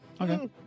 Okay